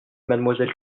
mlle